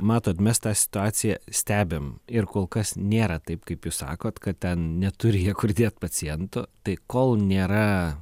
matot mes tą situaciją stebim ir kol kas nėra taip kaip jūs sakot kad ten neturi jie kur dėt pacientų tai kol nėra